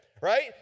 right